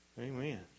Amen